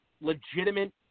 legitimate